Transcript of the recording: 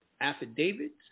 affidavits